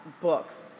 books